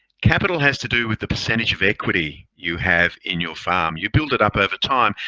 capital has to do with the percentage of equity you have in your farm. you build it up over time,